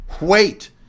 Wait